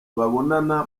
babonana